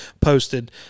posted